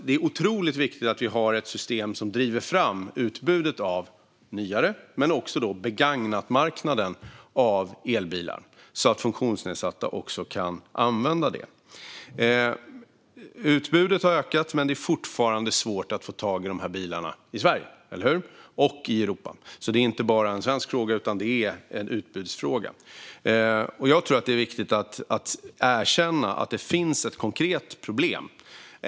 Det är otroligt viktigt att vi har ett system som driver fram utbudet av nyare elbilar men också en begagnatmarknad för elbilar som funktionsnedsatta också kan använda. Utbudet har ökat, men det är fortfarande svårt att få tag i dessa bilar i Sverige - eller hur? - och i Europa. Det är inte bara en svensk fråga, utan det är en utbudsfråga. Jag tror att det är viktigt att erkänna att det finns ett konkret problem.